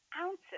ounces